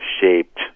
shaped